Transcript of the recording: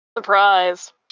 surprise